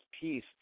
peace